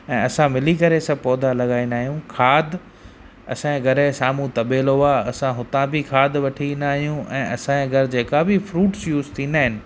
ऐं असां मिली करे सभु पौधा लगाईंदा आहियूं खाद असांजे घर जे साम्हूं तबेलो आहे असां हुतां बि खाद वठी ईंदा आहियूं ऐं असांजे घर जेका बि फ्रूट्स यूज़ थींदा आहिनि